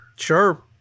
sure